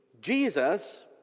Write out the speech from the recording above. Jesus